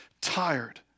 tired